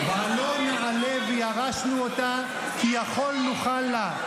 "עלה נעלה וירשנו אֹתה כי יכול נוכל לה".